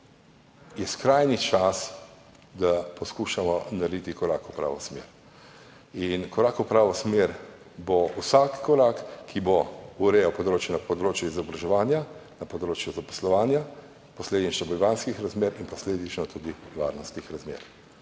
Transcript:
je skrajni čas, da poskušamo narediti korak v pravo smer. Korak v pravo smer bo vsak korak, ki bo urejal na področju izobraževanja, na področju zaposlovanja, posledično bivanjskih razmer in posledično tudi varnostnih razmer.